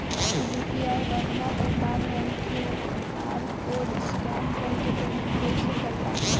UPI बनला के बाद हम क्यू.आर कोड स्कैन कर के पेमेंट कइसे कर पाएम?